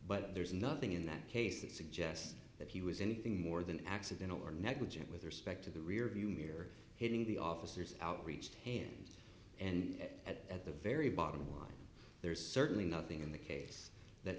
but there's nothing in that case that suggests that he was anything more than accidental or negligent with respect to the rear view mirror hitting the officers outreached hand and at the very bottom line there is certainly nothing in the case that